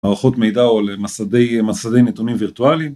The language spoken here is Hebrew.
מערכות מידע או למסדי נתונים וירטואליים